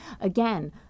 again